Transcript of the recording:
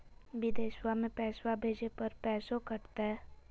बिदेशवा मे पैसवा भेजे पर पैसों कट तय?